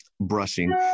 brushing